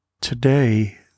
Today